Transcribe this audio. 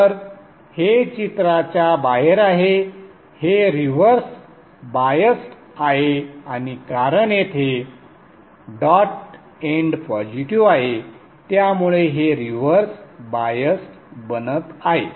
तर हे चित्राच्या बाहेर आहे हे रिव्हर्स बायस्ड आहे आणि कारण येथे डॉट एंड पॉझिटिव्ह आहे त्यामुळे हे रिव्हर्स बायस्ड बनत आहे